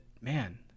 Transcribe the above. man